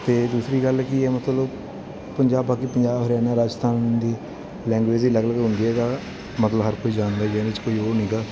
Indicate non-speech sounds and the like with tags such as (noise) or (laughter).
ਅਤੇ ਦੂਸਰੀ ਗੱਲ ਕੀ ਹੈ ਮਤਲਬ ਪੰਜਾਬ ਬਾਕੀ ਪੰਜਾਬ ਹਰਿਆਣਾ ਰਾਜਸਥਾਨ ਦੀ ਲੈਂਗੁਏਜ ਦੀ ਅਲੱਗ ਅਲੱਗ ਹੁੰਦੀ ਹੈ (unintelligible) ਮਤਲਬ ਹਰ ਕੋਈ ਜਾਣਦਾ ਹੀ ਇਹਦੇ 'ਚ ਕੋਈ ਉਹ ਨਹੀਂ ਹੈਗਾ